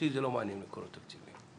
אותי זה לא מעניין מקורות תקציביים.